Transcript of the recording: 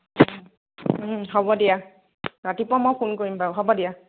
হ'ব দিয়া ৰাতিপুৱা মই ফোন কৰিম বাৰু হ'ব দিয়া